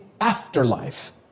afterlife